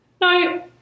No